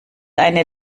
eine